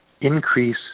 increase